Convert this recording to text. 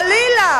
חלילה